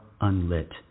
unlit